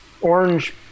orange